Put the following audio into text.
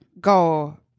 go